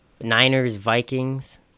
Niners-Vikings